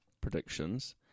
predictions